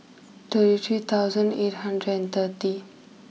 thirty three thousand eight hundred and thirty